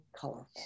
colorful